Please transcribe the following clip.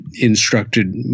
instructed